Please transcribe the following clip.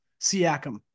Siakam